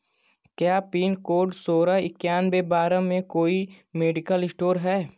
क्या pin code सोलह एक्यानवे बारह में कोई मेडिकल स्टोर है